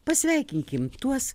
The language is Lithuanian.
pasveikinkim tuos